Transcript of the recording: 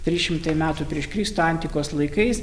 trys šimtai metų prieš kristų antikos laikais